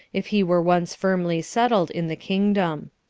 if he were once firmly settled in the kingdom.